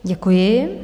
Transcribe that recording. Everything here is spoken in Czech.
Děkuji.